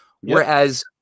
Whereas